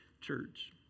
church